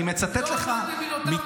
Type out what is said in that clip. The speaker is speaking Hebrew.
אני מצטט אותך